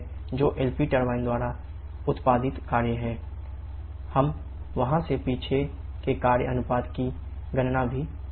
rwWnetWLPtWHPt0358 हम वहां से पीछे के कार्य अनुपात की गणना भी कर सकते हैं